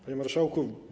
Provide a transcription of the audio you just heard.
Panie Marszałku!